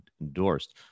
endorsed